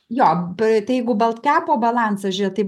jo jeigu baktkepo balansą žiūrėt tai